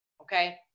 okay